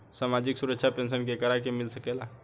सामाजिक सुरक्षा पेंसन केकरा के मिल सकेला?